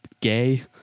gay